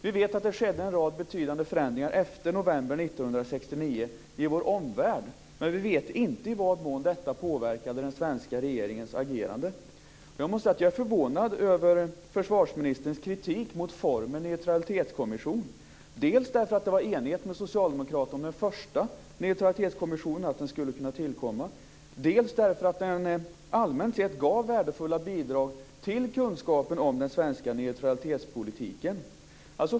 Vi vet att en rad betydande förändringar skedde efter november 1969 i vår omvärld, men vi vet inte i vad mån detta påverkade den svenska regeringens agerande. Jag måste säga att jag är förvånad över försvarsministerns kritik mot formen i en neutralitetskommission. Dels fanns det en enighet hos socialdemokraterna om den första Neutralitetskommissionen och att den skulle kunna tillkomma, dels gav den allmänt sett värdefulla bidrag till kunskapen om den svenska neutralitetspolitiken.